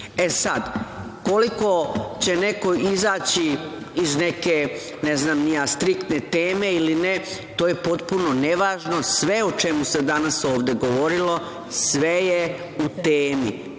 sad, koliko će neko izaći iz neke, ne znam ni ja, striktne teme ili ne, to je potpuno nevažno, sve o čemu se danas ovde govorilo, sve je u temi.